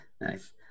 Nice